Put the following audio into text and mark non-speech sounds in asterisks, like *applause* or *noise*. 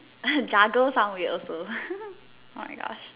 *laughs* jaguar sounds weird also *laughs* oh my gosh